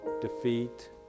defeat